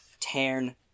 Tarn